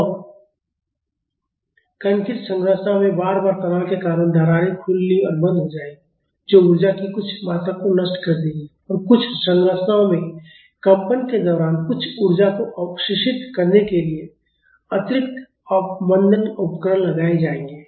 और कंक्रीट संरचनाओं में बार बार तनाव के कारण दरारें खुलनी और बंद हो जाएंगी जो ऊर्जा की कुछ मात्रा को नष्ट कर देंगी और कुछ संरचनाओं में कंपन के दौरान कुछ ऊर्जा को अवशोषित करने के लिए अतिरिक्त अवमंदन उपकरण लगाए जाएंगे